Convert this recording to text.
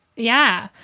yeah,